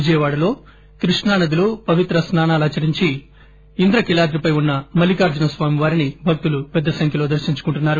విజయవాడలో కృష్ణానదిలో పవిత్ర స్పా నాలాచరించి ఇంద్రకీలాద్రిపై ఉన్న మల్లికార్లున స్వామి వారిని భక్తులు పెద్దసంఖ్యలో దర్శించుకుంటున్నారు